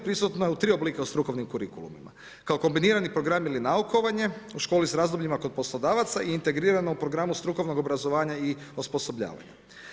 Prisutna je u tri oblika u strukovnim kurikulumima kao kombinirani program ili naukovanje u školi sa razdobljima kod poslodavaca i u integriranom programu strukovnog obrazovanja i osposobljavanja.